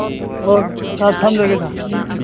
ꯑꯣ ꯁꯥꯔ ꯊꯝꯖꯔꯒꯦ ꯁꯥꯔ